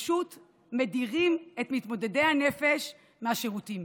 פשוט מדירים את מתמודדי הנפש מהשירותים,